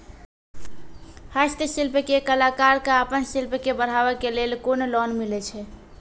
हस्तशिल्प के कलाकार कऽ आपन शिल्प के बढ़ावे के लेल कुन लोन मिलै छै?